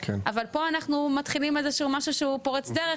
אבל פה אנחנו מתחילים איזה משהו שהוא פורץ דרך,